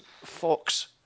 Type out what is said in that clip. Fox